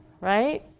right